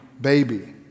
baby